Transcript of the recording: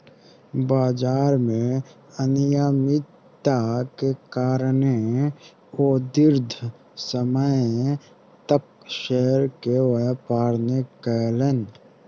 बजार में अनियमित्ता के कारणें ओ दीर्घ समय तक शेयर के व्यापार नै केलैन